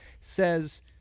says